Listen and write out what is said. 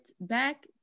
back